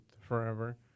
forever